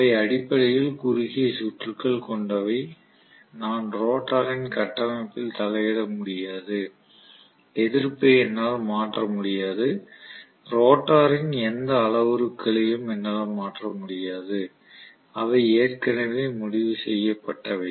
அவை அடிப்படையில் குறுகிய சுற்றுகள் கொண்டவை நான் ரோட்டரின் கட்டமைப்பில் தலையிட முடியாது எதிர்ப்பை என்னால் மாற்ற முடியாது ரோட்டரின் எந்த அளவுருக்களையும் என்னால் மாற்ற முடியாது அவை ஏற்கனவே முடிவு செய்யப்பட்டவை